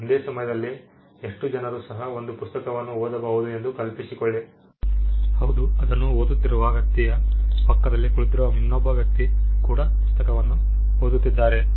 ಒಂದೇ ಸಮಯದಲ್ಲಿ ಎಷ್ಟು ಜನರು ಒಂದು ಪುಸ್ತಕವನ್ನು ಓದಬಹುದು ಎಂದು ಕಲ್ಪಿಸಿಕೊಳ್ಳಿ ಹೌದು ಅದನ್ನು ಓದುತ್ತಿರುವ ವ್ಯಕ್ತಿಯ ಪಕ್ಕದಲ್ಲಿ ಕುಳಿತಿರುವ ಇನ್ನೊಬ್ಬ ವ್ಯಕ್ತಿ ಕೂಡ ಪುಸ್ತಕವನ್ನು ಓದುತ್ತಿದ್ದಾರೆ